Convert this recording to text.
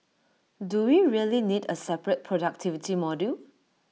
do we really need A separate productivity module